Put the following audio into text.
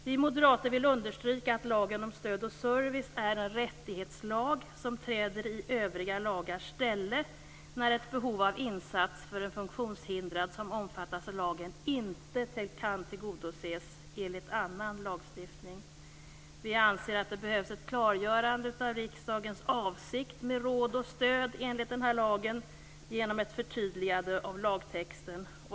Vi moderater vill understryka att lagen om stöd och service är en rättighetslag som träder i övriga lagars ställe när ett behov av insats för en funktionshindrad som omfattas av lagen inte kan tillgodoses enligt annan lagstiftning. Vi anser att det behövs ett klargörande av riksdagens avsikt med råd och stöd enligt den här lagen genom ett förtydligande av lagtexten.